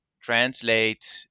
translate